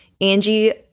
Angie